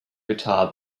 guitar